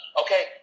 okay